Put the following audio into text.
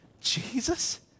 Jesus